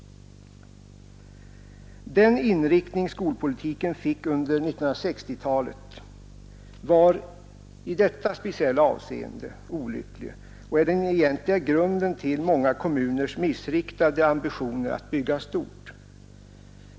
Den inriktning skolpolitiken fick under 1960-talet var i detta speciella avseende olycklig, och den är den egentliga grunden till många kommuners missriktade ambitioner att bygga stort.